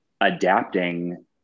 adapting